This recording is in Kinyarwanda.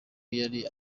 yari